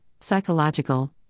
psychological